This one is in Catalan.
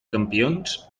campions